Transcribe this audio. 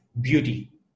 beauty